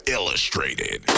Illustrated